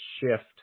shift